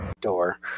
door